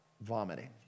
vomiting